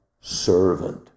servant